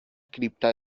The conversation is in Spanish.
cripta